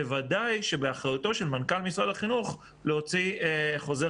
ובוודאי שבאחריותו של מנכ"ל משרד החינוך להוציא חוזר